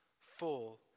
full